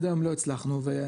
עד היום לא הצלחנו ופה,